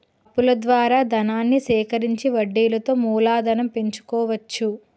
అప్పుల ద్వారా ధనాన్ని సేకరించి వడ్డీలతో మూలధనం పెంచుకోవచ్చు